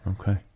Okay